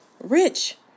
rich